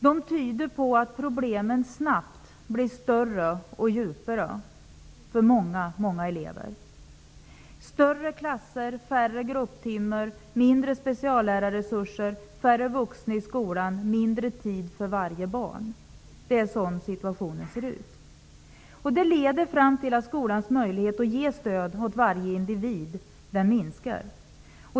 De visar att problemen snabbt blir större och djupare för många elever. Det blir större klasser, färre grupptimmar, mindre speciallärarresurser, färre vuxna i skolan och mindre tid för varje barn. Så ser situationen ut. Det leder fram till att skolans möjlighet att ge stöd till varje individ minskar.